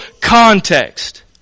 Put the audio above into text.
context